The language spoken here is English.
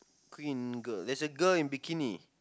queen girl there's a girl in bikini